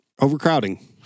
Overcrowding